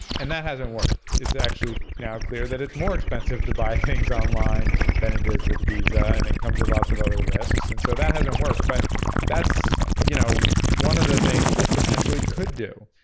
and that hasn't worked. it's actually now clear that it's more expensive to buy things online than it is with visa and it comes with lots of other risks. and so that hasn't worked. but that's you know one of the things it potentially could do.